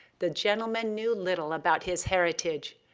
the gentleman knew little about his heritage,